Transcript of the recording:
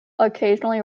occasionally